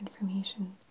information